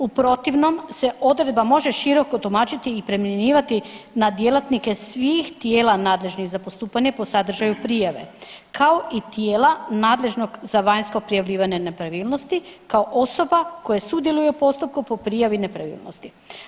U protivnom se odredba može široko tumačiti i primjenjivati na djelatnike svih tijela nadležnih za postupanje po sadržaju prijave kao i tijela nadležnog za vanjsko prijavljivanje nepravilnosti kao osoba koja sudjeluje u postupku po prijavi nepravilnosti.